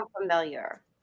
familiar